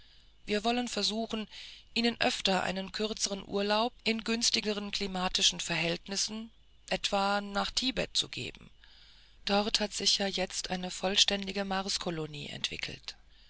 wir wollen versuchen ihnen öfter einen kürzeren urlaub in günstigere klimatische verhältnisse etwa nach tibet zu geben dort hat sich ja jetzt eine vollständige marskolonie entwickelt